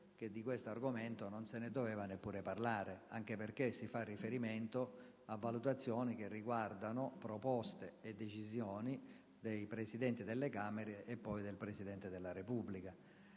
che di questo argomento non se ne doveva neppure parlare, anche perché si fa riferimento a valutazioni che riguardano proposte e decisioni dei Presidenti delle Camere e del Presidente della Repubblica.